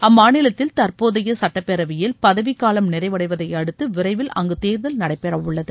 அம்மாநிலத்தில் தற்போதைய சுட்டப்பேரவையில் பதவிக்காலம் நிறைவடைவதை அடுத்து விரைவில் அங்கு தேர்தல் நடைபெற உள்ளது